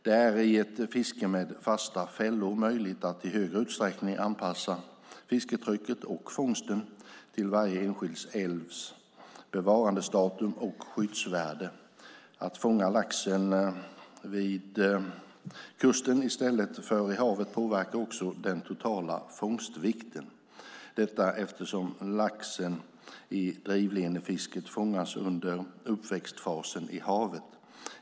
Det är i ett fiske med fasta fällor möjligt att i större utsträckning anpassa fisketrycket och fångsten till varje enskild älvs bevarandestatus och skyddsvärde. Att fånga laxen vid kusten i stället för i havet påverkar också den totala fångstvikten, detta eftersom laxen i drivlinefisket fångas under uppväxtfasen i havet.